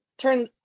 turn